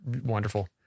wonderful